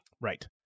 Right